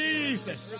Jesus